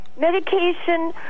medication